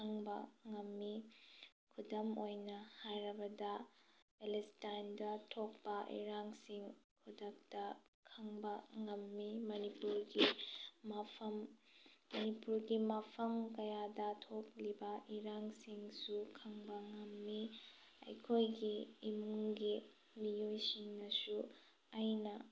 ꯈꯪꯕ ꯉꯝꯃꯤ ꯈꯨꯗꯝ ꯑꯣꯏꯅ ꯍꯥꯏꯔꯕꯗ ꯄꯦꯂꯦꯁꯇꯥꯏꯟꯗ ꯊꯣꯛꯄ ꯏꯔꯥꯡꯁꯤꯡ ꯈꯨꯗꯛꯇ ꯈꯪꯕ ꯉꯝꯃꯤ ꯃꯅꯤꯄꯨꯔꯒꯤ ꯃꯐꯝ ꯃꯅꯤꯄꯨꯔꯒꯤ ꯃꯐꯝ ꯀꯌꯥꯗ ꯊꯣꯛꯂꯤꯕ ꯏꯔꯥꯡꯁꯤꯡꯁꯨ ꯈꯪꯕ ꯉꯝꯃꯤ ꯑꯩꯈꯣꯏꯒꯤ ꯏꯃꯨꯡꯒꯤ ꯃꯤꯑꯣꯏꯁꯤꯡꯅꯁꯨ ꯑꯩꯅ